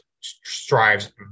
strives